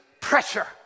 pressure